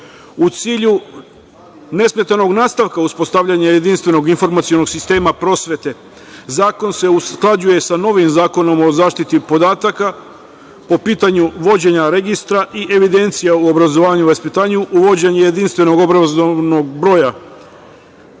u cilju nesmetanog nastavka uspostavljanja jedinstvenog informacionog sistema prosvete zakon se usklađuje sa novim Zakonom o zaštiti podataka, po pitanju vođenja registra i evidencije u obrazovanju i vaspitanju, uvođenje jedinstvenog obrazovnog broja.